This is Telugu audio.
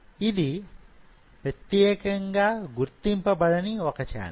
ఇది ప్రత్యేకంగా గుర్తింపబడని ఒక ఛానల్